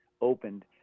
opened